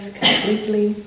completely